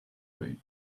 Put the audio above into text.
way